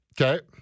Okay